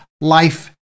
life